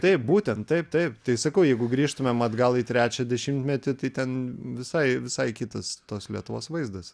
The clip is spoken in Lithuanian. taip būtent taip taip tai sakau jeigu grįžtumėm atgal į trečią dešimtmetį tai ten visai visai kitas tos lietuvos vaizdas